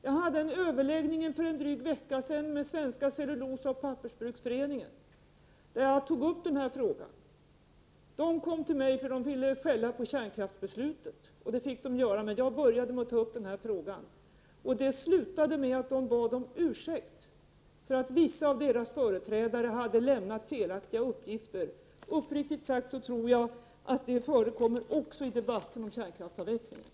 Jag hade en överläggning för en dryg vecka sedan med Svenska cellulosaoch pappersbruksföreningen. Jag tog då upp denna fråga. Representanterna från Svenska cellulosaoch pappersbruksföreningen kom till mig för att skälla på kärnkraftsbeslutet, och det fick de göra, men jag började med att ta upp denna fråga. Det slutade med att de bad om ursäkt för att vissa av deras företrädare hade lämnat felaktiga uppgifter. Uppriktigt sagt tror jag att detta förekommer även i debatten om kärnkraftsavvecklingen.